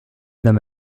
them